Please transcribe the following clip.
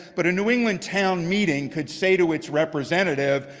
but a new england town meeting could say to its representative,